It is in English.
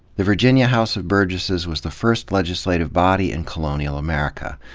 the virgin ia house of burgesses was the first legislative body in colonia l america.